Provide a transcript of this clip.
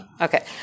Okay